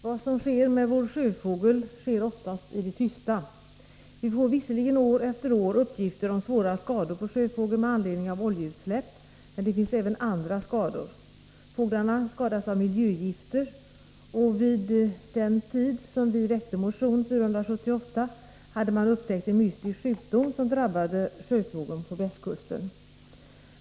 Herr talman! Vad som sker med vår sjöfågel sker oftast i det tysta. Vi får visserligen år efter år uppgifter om svåra skador på sjöfågel med anledning av oljeutsläpp, men det finns även andra skador. Fåglarna skadas av miljögifter, och vid den tid som vi väckte motion 478 hade man upptäckt en mystisk sjukdom som drabbade sjöfågel på västkusten.